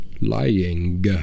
Lying